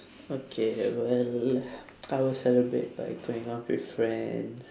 okay well I will celebrate by going out with friends